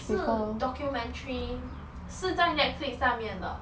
是 documentary 是在 netflix 上面的